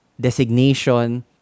designation